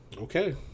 Okay